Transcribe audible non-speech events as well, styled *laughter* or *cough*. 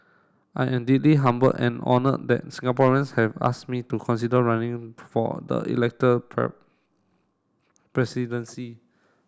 I am deeply humbled and honoured that Singaporeans have asked me to consider running for the elected *unintelligible* presidency